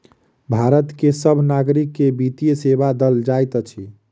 भारत के सभ नागरिक के वित्तीय सेवा देल जाइत अछि